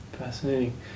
Fascinating